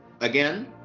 again